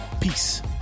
Peace